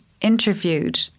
interviewed